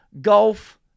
golf